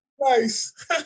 Nice